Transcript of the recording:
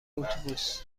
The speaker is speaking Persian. اتوبوس